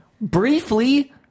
Briefly